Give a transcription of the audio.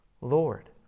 Lord